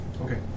Okay